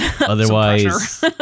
Otherwise